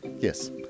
Yes